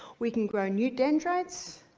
we can grow new dendrites,